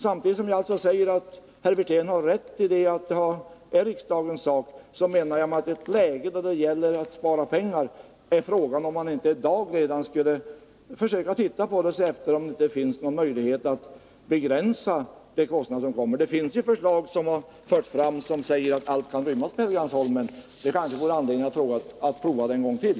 Samtidigt som jag säger att herr Wirtén har rätt i att detta är riksdagens sak, så menar jag att vi i ett läge när det gäller att spara pengar kan ställa frågan om man inte i dag skulle försöka se efter om det finns någon möjlighet att begränsa de kostnader som kommer att uppstå. I ett förslag som har förts fram sägs det att allt kan rymmas på Helgeandsholmen. Det kanske vore anledning att pröva det en gång till.